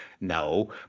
no